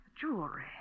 jewelry